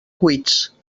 cuits